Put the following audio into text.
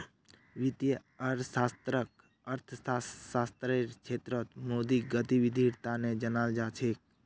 वित्तीय अर्थशास्त्ररक अर्थशास्त्ररेर क्षेत्रत मौद्रिक गतिविधीर तना जानाल जा छेक